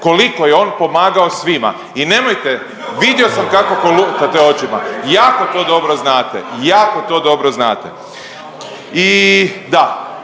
koliko je on pomagao svima i nemojte, vidio sam kako kolutate očima, jako to dobro znate, jako to dobro znate. I da,